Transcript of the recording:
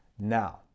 Now